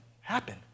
happen